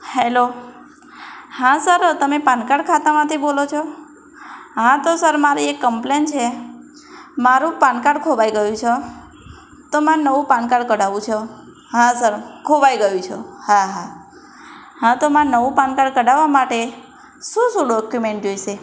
hello હા sir તમે PAN card ખાતામાંથી બોલો છો હા તો સર મારી એક કંપલેન છે મારું પાનકાર્ડ ખોવાઈ ગયું છે તો મારે નવું પાનકાર્ડ કઢાવવું છે હા સર ખોવાઈ ગયું છ હા હા હા તો મારે નવું પાનકાર્ડ કઢાવવા માટે શું શું ડોક્યુમેન્ટ જોઈશે